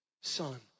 Son